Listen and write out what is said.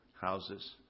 houses